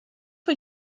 vor